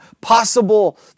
possible